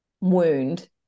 wound